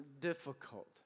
difficult